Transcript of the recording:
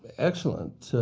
excellent.